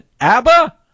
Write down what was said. Abba